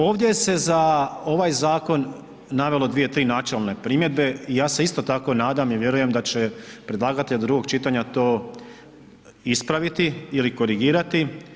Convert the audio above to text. Ovdje se za ovaj zakon navelo dvije, tri načelne primjedbe i ja se isto tako nadam i vjerujem da će predlagatelj do drugog čitanja to ispraviti ili korigirati.